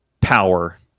power